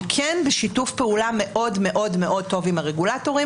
אנחנו כן בשיתוף פעולה מאוד מאוד טוב עם הרגולטורים